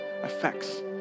affects